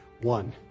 One